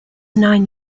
nine